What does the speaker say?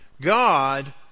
God